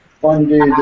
funded